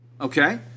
Okay